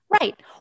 Right